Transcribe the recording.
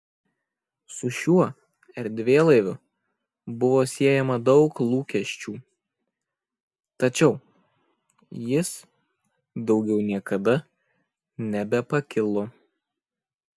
su šiuo erdvėlaiviu buvo siejama daug lūkesčių tačiau jis daugiau niekada nebepakilo